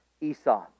Esau